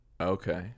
Okay